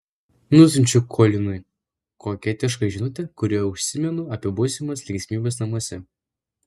nusiunčiu kolinui koketišką žinutę kurioje užsimenu apie būsimas linksmybes namuose